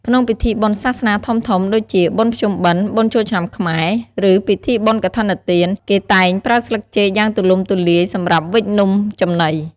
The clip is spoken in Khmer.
ក្នុង ពិធីបុណ្យសាសនាធំៗ ដូចជា បុណ្យភ្ជុំបិណ្ឌ បុណ្យចូលឆ្នាំខ្មែរ ឬពិធីបុណ្យកឋិនទាន គេតែងប្រើស្លឹកចេកយ៉ាងទូលំទូលាយសម្រាប់វេចនំចំណី។